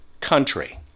country